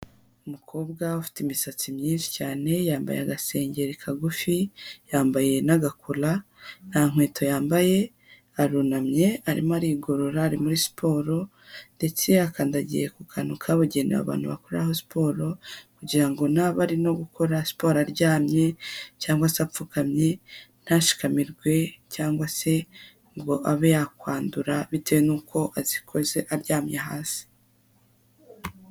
Umukobwa ufite imisatsi myiza cyane yambaye agasengeri kagufi, yambaye n'agakora, nta nkweto yambaye, arunamye, arimo arigorora ari muri siporo, ndetse yakandagiye ku kantu kabugenewe abantu bakoreraho siporo kugira ngo naba ari no gukora siporo aryamye cyangwa se apfukamye ntashikamirwe cyangwa se ngo abe yakwandura bitewe n'uko azikoze aryamye hasi.